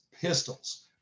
pistols